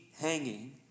hanging